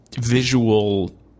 visual